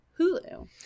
hulu